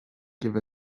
give